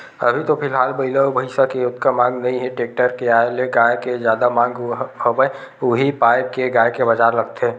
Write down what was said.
अभी तो फिलहाल बइला अउ भइसा के ओतका मांग नइ हे टेक्टर के आय ले गाय के जादा मांग हवय उही पाय के गाय के बजार लगथे